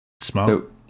Smart